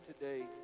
today